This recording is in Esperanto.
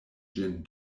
ĝin